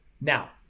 now